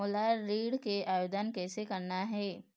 मोला ऋण के आवेदन कैसे करना हे?